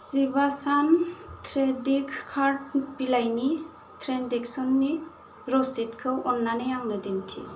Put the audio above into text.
जिबा सान credit card बिलनि ट्रेन्जेकसननि रसिदखौ अननानै आंनो दिन्थि